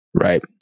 Right